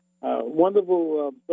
Wonderful